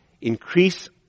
increase